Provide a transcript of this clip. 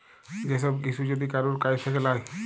যে সব কিসু যদি কারুর কাজ থাক্যে লায়